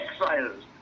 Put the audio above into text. exiles